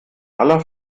alle